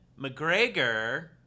McGregor